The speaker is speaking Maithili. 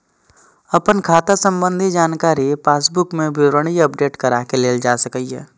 अपन खाता संबंधी जानकारी पासबुक मे विवरणी अपडेट कराके लेल जा सकैए